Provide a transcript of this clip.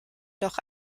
doch